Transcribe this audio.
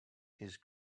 his